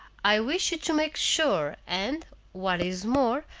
i wish you to make sure, and, what is more,